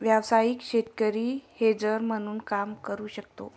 व्यावसायिक शेतकरी हेजर म्हणून काम करू शकतो